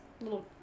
little